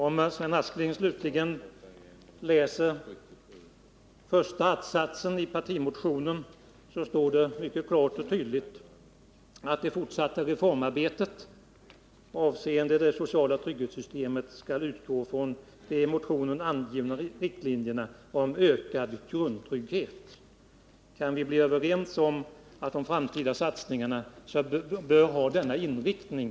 Om Sven Aspling läser första att-satsen i partimotionen, finner han att det där står mycket klart och tydligt att det fortsatta reformarbetet, avseende det sociala trygghetssystemet, skall utgå från de i motionen angivna riktlinjerna om ökad grundtrygghet. Kan vi bli överens om att de framtida satsningarna bör ha denna inriktning?